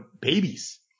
babies